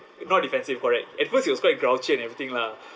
not defensive correct at first he was quite grouchy and everything lah